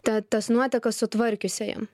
ta tas nuotekas sutvarkiusiajam